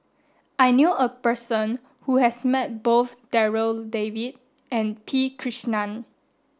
I knew a person who has met both Darryl David and P Krishnan